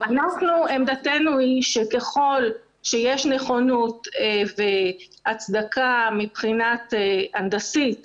עמדתנו היא שאם יש נכונות והצדקה מבחינה הנדסית